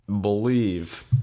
believe